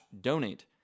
donate